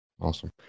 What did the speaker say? Awesome